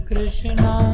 Krishna